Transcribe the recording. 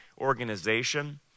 organization